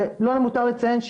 שמיותר לציין,